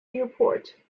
newport